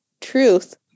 truth